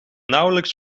nauwelijks